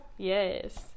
yes